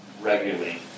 regularly